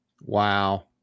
Wow